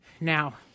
Now